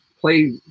play